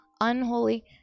unholy